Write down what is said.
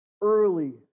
early